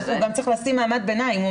הוא גם צריך לשים מעמד ביניים.